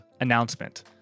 Announcement